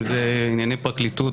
אם זה ענייני פרקליטות,